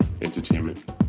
Entertainment